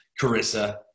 Carissa